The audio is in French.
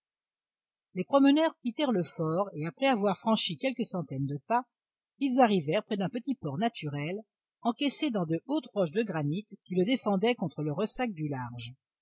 les promeneurs quittèrent le fort et après avoir franchi quelques centaines de pas ils arrivèrent près d'un petit port naturel encaissé dans de hautes roches de granit qui le défendaient contre le ressac du large